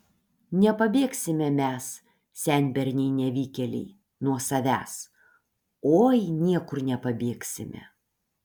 nepabėgsime mes senberniai nevykėliai nuo savęs oi niekur nepabėgsime